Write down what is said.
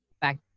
back